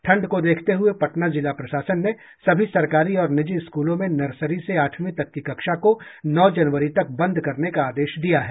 ठंड को देखते हुये पटना जिला प्रशासन ने सभी सरकारी और निजी स्कूलों में नर्सरी से आठवीं तक की कक्षा को नौ जनवरी तक बंद करने का आदेश दिया है